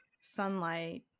sunlight